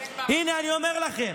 הינה, אני אומר לכם.